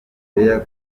nigeria